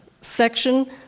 section